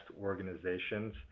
organizations